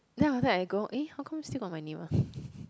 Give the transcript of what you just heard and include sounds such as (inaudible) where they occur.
then after that I go eh how come there's still my name ah (breath)